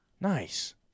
Nice